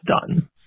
done